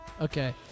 Okay